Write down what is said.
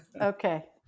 okay